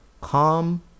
calm